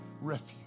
refuge